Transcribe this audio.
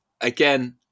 again